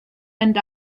and